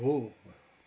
हो